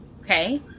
Okay